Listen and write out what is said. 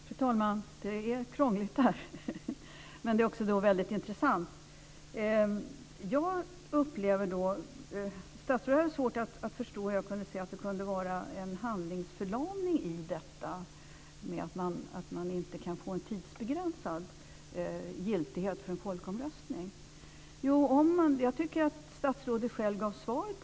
Fru talman! Det är krångligt, det här. Men det är också väldigt intressant. Statsrådet hade svårt att förstå hur jag kunde se att det kan uppstå en handlingsförlamning om inte folkomröstningars giltighet tidsbegränsas. Jag tycker att statsrådet själv gav svaret.